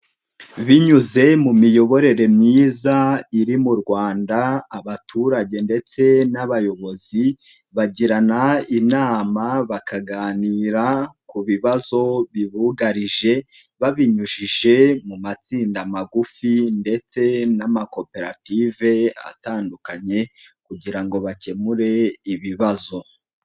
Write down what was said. Binyuze mu miyoborere myiza iri mu Rwanda abaturage ndetse n'abayobozi bagirana inama, bakaganira ku bibazo bibugarije babinyujije mu matsinda magufi ndetse n'amakoperative atandukanye kugira ngo bakemure ibibazo.